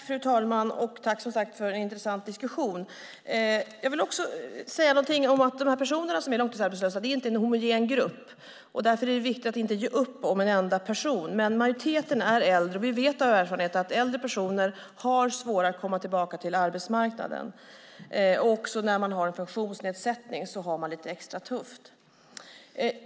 Fru talman! Tack för en intressant diskussion! Jag vill också säga något om att de personer som är långtidsarbetslösa inte är en homogen grupp, och därför är det viktigt att inte ge upp när det gäller en enda person. Men majoriteten är äldre, och vi vet av erfarenhet att äldre personer har svårare att komma tillbaka på arbetsmarknaden. Även när man har en funktionsnedsättning har man det lite extra tufft.